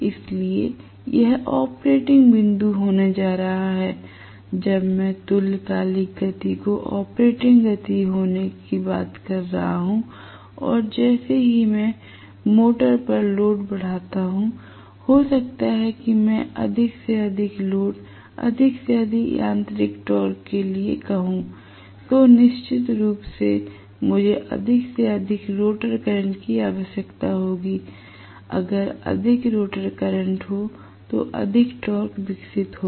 इसलिए यह ऑपरेटिंग बिंदु होने जा रहा है जब मैं तुल्यकालिक गति को ऑपरेटिंग गति होने की बात कर रहा हूं और जैसे ही मैं मोटर पर लोड बढ़ाता हूं हो सकता है कि मैं अधिक से अधिक लोड अधिक से अधिक यांत्रिक टोक़ के लिए कहूँ तो निश्चित रूप से मुझे अधिक से अधिक रोटर करेंट की आवश्यकता होगी अगर अधिक रोटर करंट हो तो अधिक टॉर्क विकसित होगा